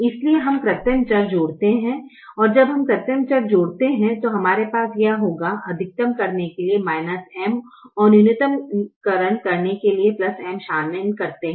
इसलिए हम कृत्रिम चर जोड़ते हैं और जब हम कृत्रिम चर जोड़ते हैं तो हमारे पास यह होगा अधिकतम करने के लिए M और न्यूनतमकरण के लिए M शामिल करते है